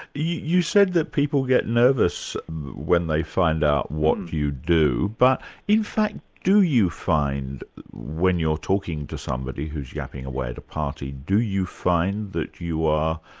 you you said that people get nervous when they find out what you do, but in fact, do you find when you're talking to somebody who's yapping away at a party, do you find that you are